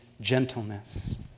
gentleness